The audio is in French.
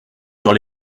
sur